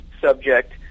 subject